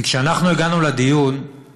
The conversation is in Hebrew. כי כשאנחנו הגענו לדיון,